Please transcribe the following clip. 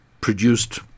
produced